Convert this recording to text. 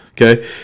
Okay